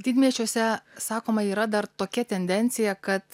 didmiesčiuose sakoma yra dar tokia tendencija kad